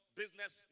business